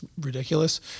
ridiculous